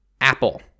Apple